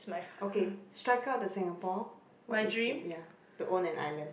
okay strike out the Singapore what is your ya to own an island